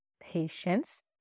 patience